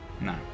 No